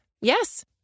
Yes